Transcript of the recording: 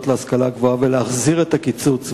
להשכלה גבוהה ולהחזיר את הקיצוץ,